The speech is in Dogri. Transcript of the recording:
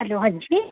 हैलो हां जी